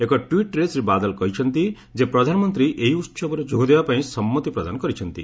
ଏକ ଟ୍ୱିଟରେ ଶ୍ରୀ ବାଦଲ କହିଛନ୍ତି ଯେ ପ୍ରଧାନମନ୍ତ୍ରୀ ଏହି ଉତ୍ସବରେ ଯୋଗଦେବା ପାଇଁ ସମ୍ମତି ପ୍ରଦାନ କରିଛନ୍ତି